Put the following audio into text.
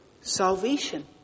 salvation